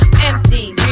Empty